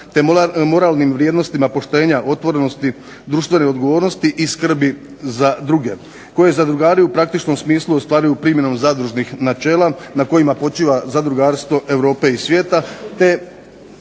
te moralnim vrijednostima poštenja, otvorenosti, društvene odgovornosti i skrbi za druge koje zadrugari u praktično smislu ostvaruju primjenom zadružnih načela na kojima počiva zadrugarstvo Europe i svijeta